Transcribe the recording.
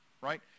right